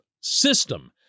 system